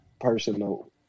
personal